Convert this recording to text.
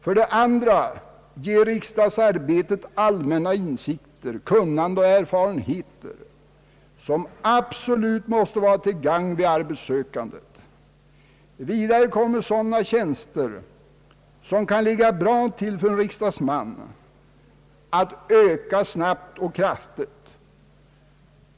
För det andra ger riksdagsarbetet allmänna insikter, kunnande och erfarenheter som absolut måste vara till gagn vid arbetssökandet. Vidare kommer antalet sådana tjänster som kan ligga bra till för en riksdagsman att öka snabbt.